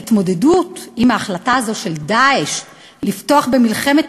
ההתמודדות עם ההחלטה הזאת של "דאעש" לפתוח במלחמת